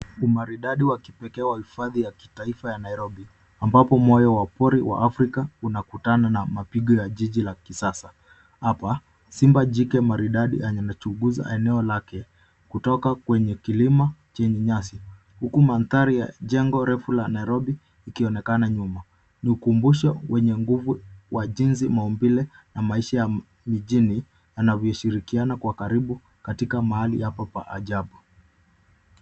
Umaridadi wa kipekee wa hifadhi ya kitaifa ya Nairobi ambapo moyo wa pori wa Afrika unakutana na mapigo ya jiji la kisasa ,hapa simba jike maridadi yenye chunguza eneo lake kutoka kwenye kilimo chini nyasi huku mandhari ya jengo refu la Nairobi ikionekana nyuma ni ukumbusho wenye nguvu wa jinsi maumbile na maisha ya mijini anavyoshirikiana kwa karibu katika mahali hapa pa ajabu.